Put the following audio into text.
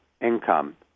income